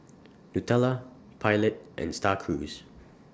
Nutella Pilot and STAR Cruise